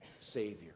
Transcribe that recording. Savior